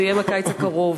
זה יהיה בקיץ הקרוב.